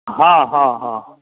हँ हँ हँ